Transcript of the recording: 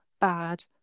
bad